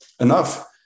enough